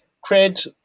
create